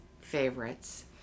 favorites